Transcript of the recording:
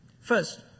First